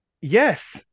Yes